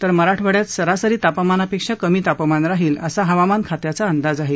तर मराठवाड्यात सरासरी तापमानापेक्षा कमी तापमान राहील असा हवामान खात्याचा अंदाज आहे